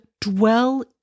dwell